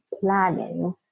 planning